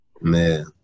Man